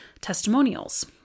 testimonials